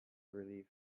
relief